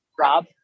Rob